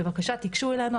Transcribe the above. בבקשה תיגשו אלינו,